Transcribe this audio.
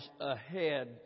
ahead